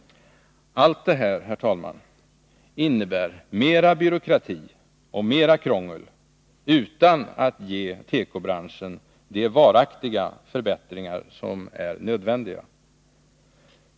Allt det här, herr talman, innebär mera byråkrati och mera krångel utan att ge tekobranschen de varaktiga förbättringar som är nödvändiga.